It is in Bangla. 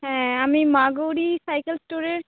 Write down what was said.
হ্যাঁ আমি মা গৌরী সাইকেল স্টোরের